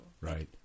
Right